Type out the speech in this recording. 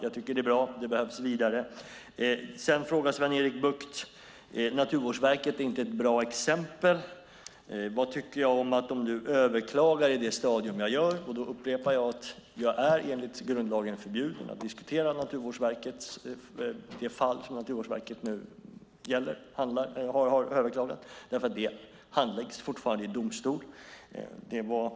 Jag tycker att det är bra, och det behövs. Sedan säger Sven-Erik Bucht att Naturvårdsverket inte är något bra exempel och undrar vad jag tycker om att de nu överklagar i detta stadium. Jag upprepar att jag enligt grundlagen är förbjuden att diskutera det ärende som Naturvårdsverket nu har överklagat. Det handläggs fortfarande i domstol.